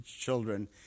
children